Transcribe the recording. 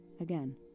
again